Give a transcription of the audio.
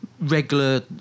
regular